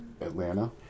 Atlanta